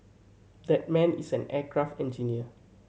that man is an aircraft engineer